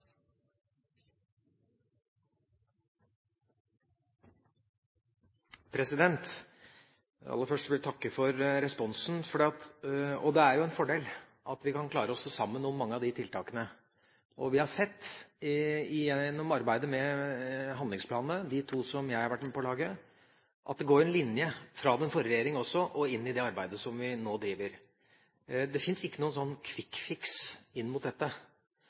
Aller først vil jeg takke for responsen. Det er en fordel at vi kan klare å stå sammen om mange av tiltakene. Vi har sett gjennom arbeidet med de to handlingsplanene jeg har vært med på å lage, at det går en linje fra den forrige regjeringa til det arbeidet vi nå driver. Det finnes ikke noen «quick fix» når det gjelder dette.